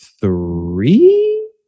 three